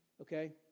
okay